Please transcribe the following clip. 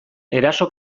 eraso